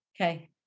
Okay